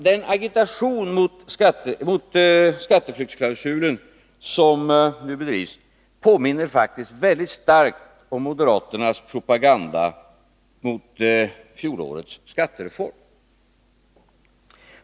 Den agitation mot skatteflyktsklausulen som nu bedrivs påminner faktiskt mycket starkt om moderaternas propaganda mot fjolårets skattereform.